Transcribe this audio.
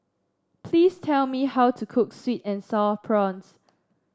please tell me how to cook sweet and sour prawns